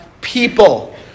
people